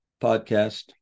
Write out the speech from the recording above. podcast